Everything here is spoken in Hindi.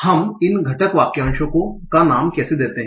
हम इन घटक वाक्यांशों का नाम कैसे देते हैं